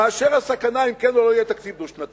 מאשר הסכנה אם כן או לא יהיה תקציב דו-שנתי.